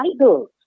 idols